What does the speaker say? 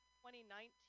2019